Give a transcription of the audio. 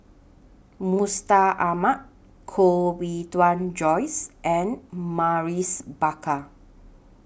Mustaq Ahmad Koh Bee Tuan Joyce and Maurice Baker